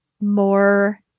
more